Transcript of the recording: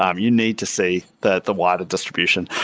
um you need to see the the wider distribution.